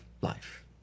life